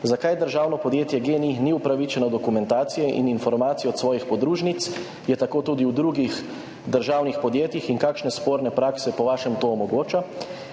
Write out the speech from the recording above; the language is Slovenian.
Zakaj državno podjetje GEN-I ni upravičeno do dokumentacije in informacije svojih podružnic? Je tako tudi v drugih državnih podjetjih in kakšne sporne prakse po vašem to omogoča?